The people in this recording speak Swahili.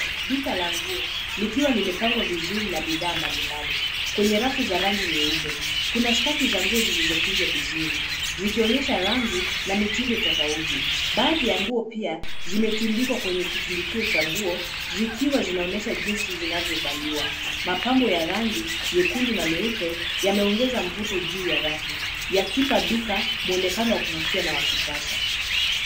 Duka la nguo likiwa limepangwa vizuri na bidhaa mbalimbali. Kwenye rafu za rangi nyeupe kuna staki za nguo zilizokunjwa vizuri zikionyesha rangi na mitindo tofauti. Baadhi ya nguo pia zimetundikwa kwenye kitundikio cha nguo zikiwa zinaonyesha jinsi zinavyovaliwa. Mapambo ya rangi nyekundu na nyeupe yameongeza mvuto juu ya rafu yakipa duka muonekano wa kuvutia na wa kisasa.